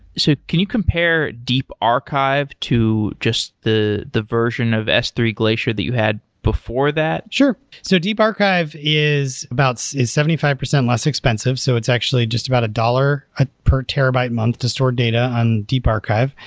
so can you compare deep archive to just the the version of s three glacier that you had before that? sure. so deep archive is about so seventy five percent less expensive. so it's actually just about a dollar ah per terabyte month to store data on deep archive.